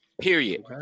Period